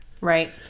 right